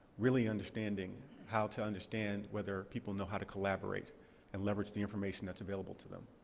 really understanding how to understand whether people know how to collaborate and leverage the information that's available to them.